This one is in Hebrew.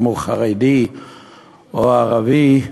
אם הוא חרדי או ערבי,